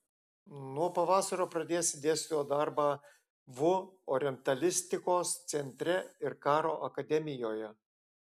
nuo pavasario pradėsi dėstytojo darbą vu orientalistikos centre ir karo akademijoje